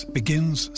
begins